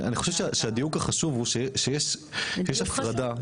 אני חושב שהדיון החשוב הוא שיש יש הפרדה,